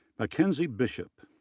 makenzie bishop,